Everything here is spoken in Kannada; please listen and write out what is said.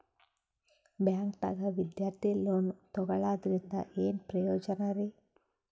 ಬ್ಯಾಂಕ್ದಾಗ ವಿದ್ಯಾರ್ಥಿ ಲೋನ್ ತೊಗೊಳದ್ರಿಂದ ಏನ್ ಪ್ರಯೋಜನ ರಿ?